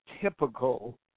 typical